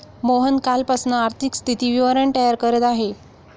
मोहन कालपासून आर्थिक स्थिती विवरण तयार करत आहे